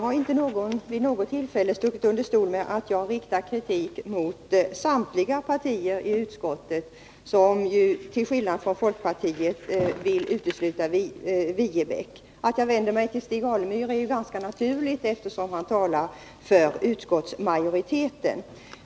Fru talman! Jag har inte stuckit under stol med att jag riktar kritik mot samtliga partiers representanter i utskottet som till skillnad från folkpartiet vill utesluta Viebäcksskolan. Att jag vänder mig till Stig Alemyr är ganska naturligt, eftersom han talar för utskottsmajoriteten.